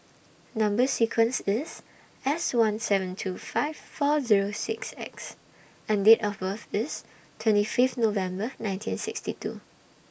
Number sequence IS S one seven two five four Zero six X and Date of birth IS twenty Fifth November nineteen sixty two